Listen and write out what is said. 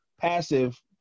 passive